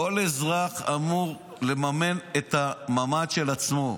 כל אזרח אמור לממן את הממ"ד של עצמו.